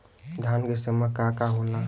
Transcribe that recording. धान के समय का का होला?